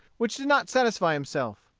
which did not satisfy himself.